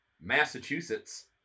Massachusetts